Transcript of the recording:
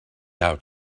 out